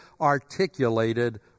articulated